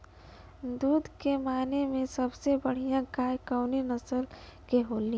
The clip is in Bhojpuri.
दुध के माने मे सबसे बढ़ियां गाय कवने नस्ल के होली?